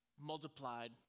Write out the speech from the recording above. multiplied